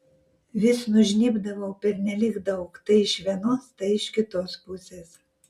vis nužnybdavau pernelyg daug tai iš vienos tai iš kitos pusės